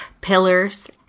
pillars